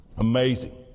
Amazing